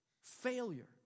Failure